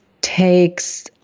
takes